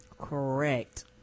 Correct